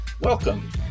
Welcome